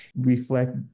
reflect